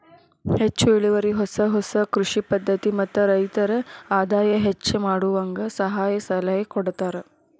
ಹೆಚ್ಚು ಇಳುವರಿ ಹೊಸ ಹೊಸ ಕೃಷಿ ಪದ್ಧತಿ ಮತ್ತ ರೈತರ ಆದಾಯ ಹೆಚ್ಚ ಮಾಡುವಂಗ ಸಹಾಯ ಸಲಹೆ ಕೊಡತಾರ